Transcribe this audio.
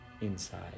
inside